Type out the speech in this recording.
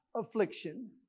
affliction